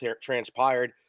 transpired